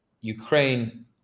Ukraine